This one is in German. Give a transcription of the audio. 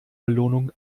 belohnung